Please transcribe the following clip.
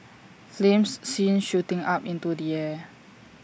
flames seen shooting up into the air